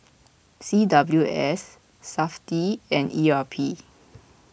C W S SAFTI and E R P